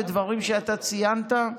ודברים שאתה ציינת,